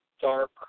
dark